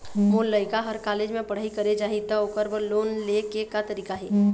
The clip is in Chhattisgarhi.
मोर लइका हर कॉलेज म पढ़ई करे जाही, त ओकर बर लोन ले के का तरीका हे?